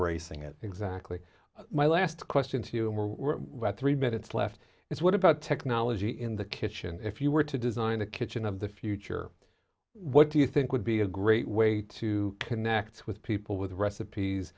bracing it exactly my last question to you and we're three minutes left it's what about technology in the kitchen if you were to design a kitchen of the future what do you think would be a great way to connect with people with recipes